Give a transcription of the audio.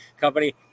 company